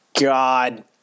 God